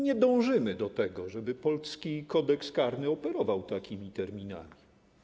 Nie dążymy do tego, żeby polski Kodeks karny operował takimi terminami.